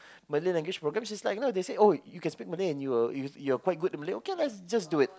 Malay language is like you know they say oh you can speak Malay and you are you're quite in Malay okay let's just do it